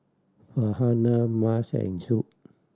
Farhanah Mas and Zul